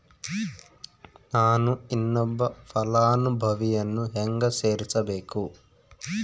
ನಾನು ಇನ್ನೊಬ್ಬ ಫಲಾನುಭವಿಯನ್ನು ಹೆಂಗ ಸೇರಿಸಬೇಕು?